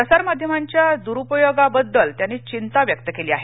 प्रसार माध्यमांच्या द्रुपयोगाबद्दल त्यांनी घिंता व्यक्त केली आहे